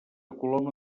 coloma